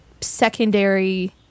secondary